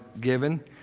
given